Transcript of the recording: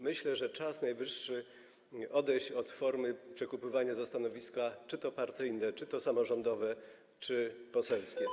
Myślę, że najwyższy czas odejść od formy przekupywania za stanowiska czy to partyjne, czy to samorządowe, czy to poselskie.